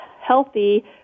healthy